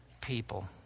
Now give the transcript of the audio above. people